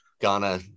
Ghana